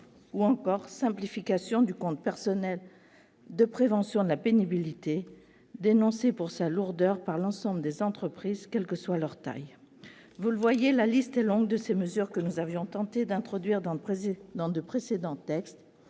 l'échec ; simplification du compte personnel de prévention de la pénibilité, dénoncé pour sa lourdeur par l'ensemble des entreprises, quelle que soit leur taille. Vous le voyez, la liste de ces mesures que nous avions tenté d'introduire dans de précédents textes